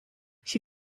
she